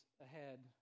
ahead